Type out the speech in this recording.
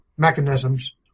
mechanisms